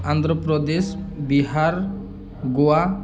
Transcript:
Andhra Pradesh Bihar Goa